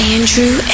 Andrew